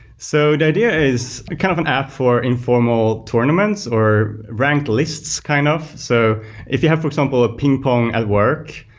so, the idea is kind of an app for informal tournaments or ranked lists kind of. so if you have, for example, ah ping-pong at work.